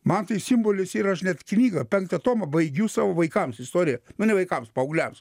man tai simbolis yra aš net knygą penktą tomą baigiu savo vaikams istoriją nu ne vaikams paaugliams